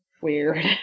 weird